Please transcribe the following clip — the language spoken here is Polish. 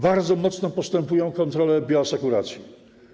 Bardzo mocno postępują kontrole bioasekuracji.